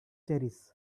cherish